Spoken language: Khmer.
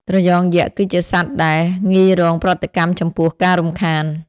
ត្រយងយក្សគឺជាសត្វដែល ងាយរងប្រតិកម្មចំពោះការរំខាន។